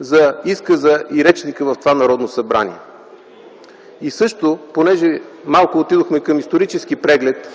за изказа и речника в това Народно събрание. Понеже малко отидохме към исторически преглед,